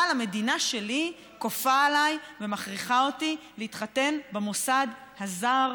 אבל המדינה שלי כופה עליי ומכריחה אותי להתחתן במוסד הזר,